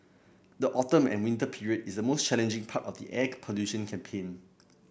the autumn and winter period is the most challenging part of the air pollution campaign